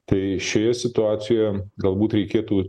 tai šioje situacijoje galbūt reikėtų